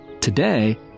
Today